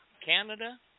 Canada